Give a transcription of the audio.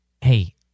hey